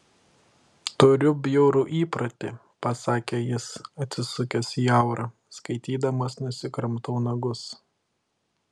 turiu bjaurų įprotį pasakė jis atsisukęs į aurą skaitydamas nusikramtau nagus